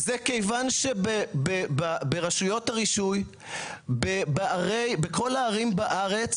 זה כיוון שברשויות הרישוי בכל הערים בארץ